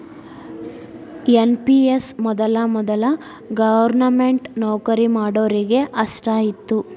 NPS ಮೊದಲ ವೊದಲ government ನೌಕರಿ ಮಾಡೋರಿಗೆ ಅಷ್ಟ ಇತ್ತು